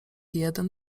jeden